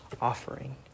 offering